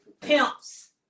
pimps